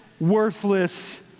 worthless